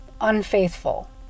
unfaithful